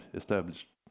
established